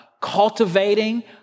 cultivating